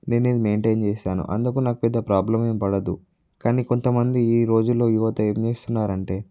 నేను ఇది మెయింటైన్ చేశాను అందుకు నాకు పెద్ద ప్రాబ్లం ఏం పడదు కానీ కొంతమంది ఈరోజుల్లో యువత ఏంచేస్తున్నారంటే